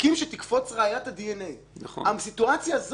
בשיחות בינינו אתם רציתם גם כאן לקבוע איזשהו מקסימום.